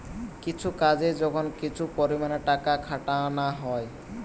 কিছু কাজে যখন কিছু পরিমাণে টাকা খাটানা হয়